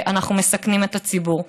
ואנחנו מסכנים את הציבור.